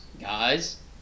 Guys